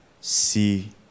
see